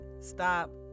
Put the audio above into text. stop